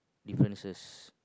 differences